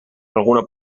alguna